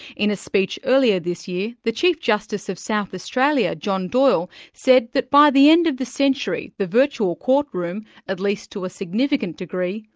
in a speech earlier this year, the chief justice of south australia, john doyle, said that by the end of the century the virtual court room at least to a significant degree,